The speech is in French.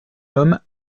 homme